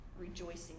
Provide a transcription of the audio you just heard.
rejoicing